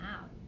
out